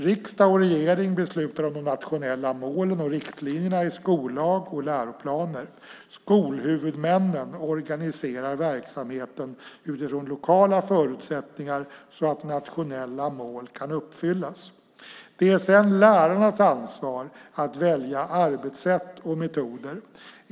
Riksdag och regering beslutar om de nationella målen och riktlinjerna i skollag och läroplaner. Skolhuvudmännen organiserar verksamheten utifrån lokala förutsättningar så att nationella mål kan uppfyllas. Det är sedan lärarnas ansvar att välja arbetssätt och metoder.